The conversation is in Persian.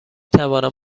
توانم